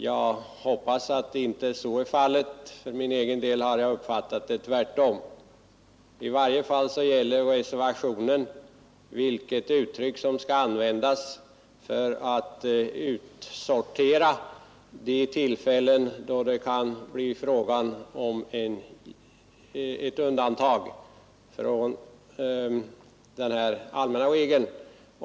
Jag hoppas att inte så är fallet; för min egen del har jag uppfattat det tvärtom. I varje fall gäller reservationen vilket uttryck som skall användas för att utsortera de tillfällen då det kan bli fråga om ett undantag från den allmänna regeln.